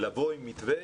לבוא עם מתווה